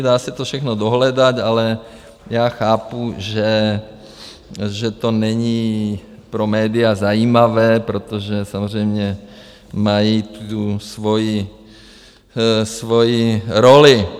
Dá se to všechno dohledat, ale já chápu, že to není pro média zajímavé, protože samozřejmě mají tu svoji roli.